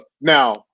Now